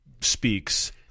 speaks